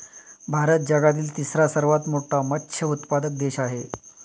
भारत जगातील तिसरा सर्वात मोठा मत्स्य उत्पादक देश आहे